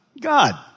God